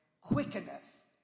quickeneth